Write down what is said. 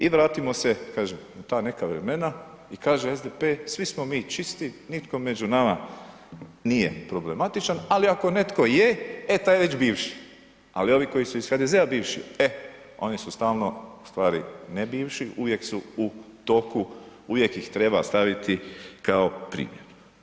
I vratimo se kažem u ta neka vremena i kaže SDP svi smo mi čisti, nitko među nama nije problematičan, ali ako netko je, e taj je već bivši, ali ovi koji su iz HDZ-a bivši, e oni su stalno, ustvari ne bivši, uvijek su u toku, uvijek ih treba staviti kao primjer.